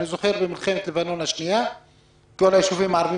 כך היה ביישובים הערביים